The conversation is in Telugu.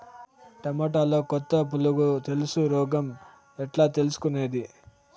టమోటాలో కొత్త పులుగు తెలుసు రోగం ఎట్లా తెలుసుకునేది?